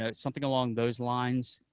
ah something along those lines,